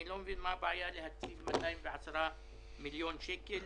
אני לא מבין מה הבעיה להציב 210 מיליון שקל